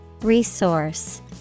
Resource